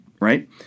right